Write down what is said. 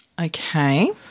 Okay